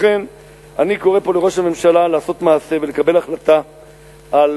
לכן אני קורא פה לראש הממשלה לעשות מעשה ולקבל החלטה חד-פעמית,